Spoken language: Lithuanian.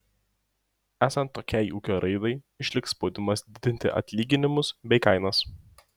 esant tokiai ūkio raidai išliks spaudimas didinti atlyginimus bei kainas